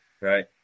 Right